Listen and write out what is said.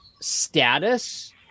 status